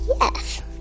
Yes